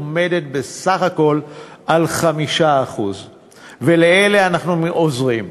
בסך הכול 5%. ולאלה אנחנו עוזרים.